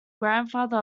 grandfather